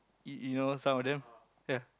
you you know some of them ya